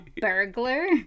burglar